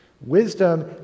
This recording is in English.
Wisdom